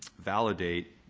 validate,